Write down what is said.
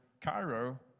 Cairo